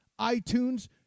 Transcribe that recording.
iTunes